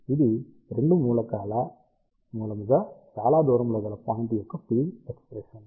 కాబట్టి ఇది రెండు మూలకాల మూలముగా చాలా దూరములో గల పాయింట్ యొక్క ఫీల్డ్ ఎక్ష్ప్రెషన్